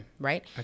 right